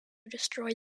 destroy